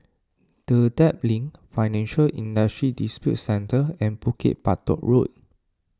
Dedap Link Financial Industry Disputes Centre and Bukit Batok Road